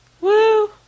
Woo